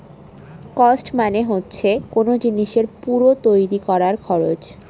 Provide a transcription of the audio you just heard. cost মানে হচ্ছে কোন জিনিসের পুরো তৈরী করার খরচ